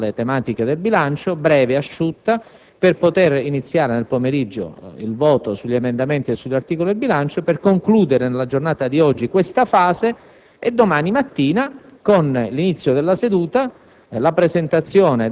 avviata una discussione generale limitata alle tematiche del bilancio, breve, asciutta, per iniziare, nel pomeriggio, il voto sugli emendamenti e sugli articoli del bilancio e concludere, nella giornata di oggi, questa fase.